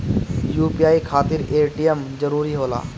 UPI खातिर ATM जरूरी होला?